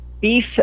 beef